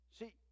See